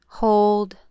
hold